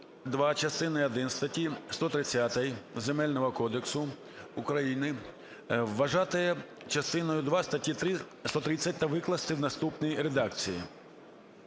Дякую,